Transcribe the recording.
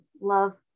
Love